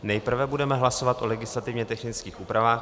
Nejprve budeme hlasovat o legislativně technických úpravách.